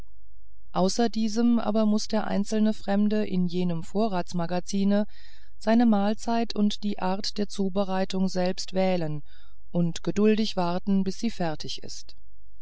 außer diesem aber muß der einzelne fremde in jenem vorratsmagazine seine mahlzeit und die art der zubereitung selbst wählen und geduldig warten bis sie fertig ist